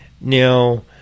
Now